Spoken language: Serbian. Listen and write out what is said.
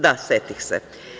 Da, setih se.